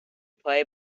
play